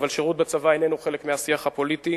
אבל שירות בצבא איננו חלק מהשיח הפוליטי.